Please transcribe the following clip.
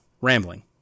Rambling